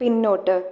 പിന്നോട്ട്